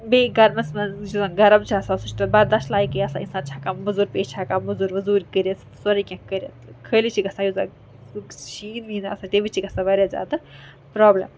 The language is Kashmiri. بیٚیہِ گَرمَس مَنٛز یُس زَن گَرم چھُ آسان سُہ چھُ توتہِ بَرداش لایقہِ آسان اِنسان چھِ ہیٚکان موزوٗر پیش چھِ ہیٚکان موزر وزوٗر کٔرِتھ سورُے کینٛہہ کٔرِتھ خٲلی چھِ گژھان یُس زَن شیٖن ویٖن آسان تمہِ وزِ چھِ گژھان واریاہ زیادٕ پرابلِم